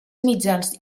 mitjans